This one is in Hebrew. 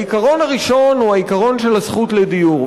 העיקרון הראשון הוא העיקרון של הזכות לדיור,